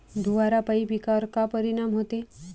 धुवारापाई पिकावर का परीनाम होते?